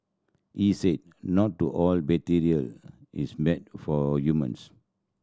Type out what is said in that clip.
he said not to all bacteria is mad for humans